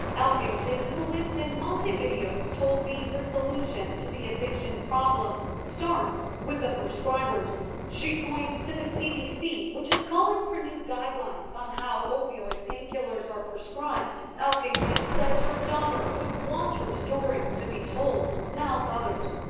elkington, who lives in montevideo told me that the solution to the addiction problem starts with the prescribers. she points to the cdc, which is calling for new guidelines on how opioid painkillers are prescribed. elkington says her daughter would want her story to be told to help others.